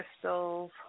crystals